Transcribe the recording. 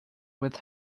with